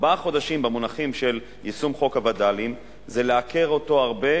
ארבעה חודשים במונחים של יישום חוק הווד"לים זה לעקר אותו הרבה,